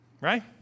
Right